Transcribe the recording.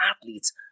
athletes